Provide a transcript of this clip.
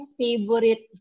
favorite